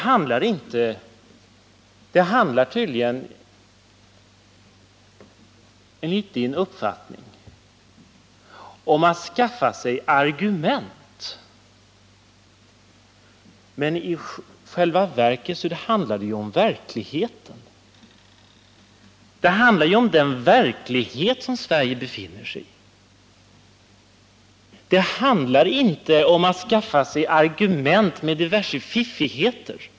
Enligt Birgitta Hambraeus uppfattning handlar det tydligen om att skaffa sig argument. Men hela tiden handlar det ju om den verklighet som Sverige befinner sig i. Det handlar alltså inte om att skaffa sig argument genom diverse fiffigheter.